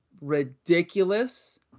ridiculous